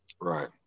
Right